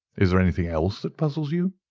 is there anything else that puzzles you?